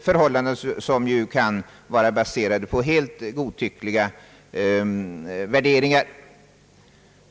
En sådan inställning kan vara baserad på helt godtyckliga värderingar.